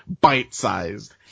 bite-sized